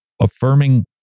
affirming